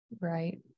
right